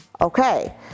Okay